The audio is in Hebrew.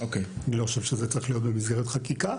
אני לא חושב שזה צריך להיות במסגרת חקיקה.